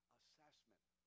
assessment